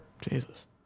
Jesus